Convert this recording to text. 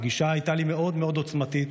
הפגישה הייתה לי מאוד מאוד עוצמתית,